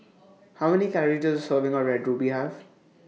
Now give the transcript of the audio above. How Many Calories Does A Serving of Red Ruby Have